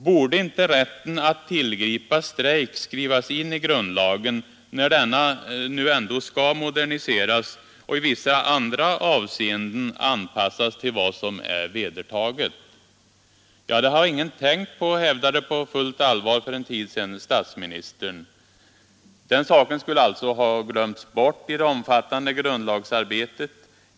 Borde inte rätten att tillgripa strejk skrivas in i grundlagen, när denna nu ändå skall moderniseras och i vissa andra avseenden anpassas till vad som är vedertaget? Ja, det har ingen tänkt på, hävdade på fullt allvar statsministern för en tid sedan. Den saken skulle alltså ha glömts bort i det omfattande grundlagsarbetet.